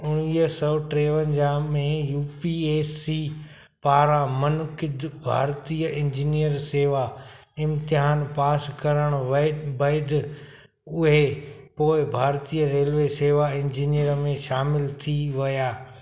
उणिवीह सौ टेवंजाह में यू पी एस सी पारां मुनक़िदु भारतीय इंजीनियरिंग सेवा इम्तिहान पास करणु वै बैदि उहे पोइ भारतीय रेलवे सेवा इंजीनियर में शामिलु थी विया